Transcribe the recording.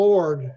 Lord